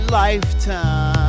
lifetime